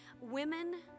women